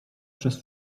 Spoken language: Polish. przez